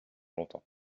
longtemps